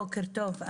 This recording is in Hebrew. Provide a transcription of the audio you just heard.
בוקר טוב.